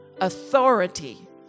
authority